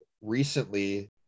recently